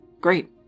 great